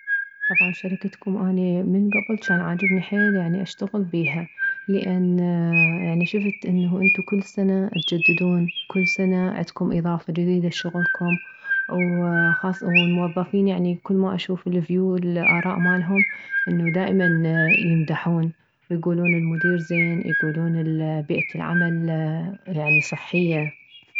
طبعا شركتكم اني من كبل جان عاجبني حيل يعني اشتغل بيها لان يعني شفت انه انتو كل سنة تجددون كل سنة عدكم اضافة جديدة لشغلكم وخاص والموظفين يعني كلما اشوف الفيو والاراء مالهم انه دائما يمدحون ويكولون المدير زين يكولن بيئة العمل يعني صحية